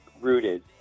rooted